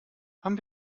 haben